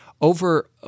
Over